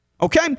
Okay